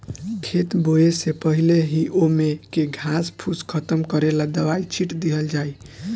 खेत बोवे से पहिले ही ओमे के घास फूस खतम करेला दवाई छिट दिहल जाइ